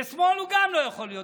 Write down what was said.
ושמאל הוא גם לא יכול להיות.